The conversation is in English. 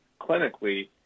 clinically